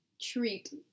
treat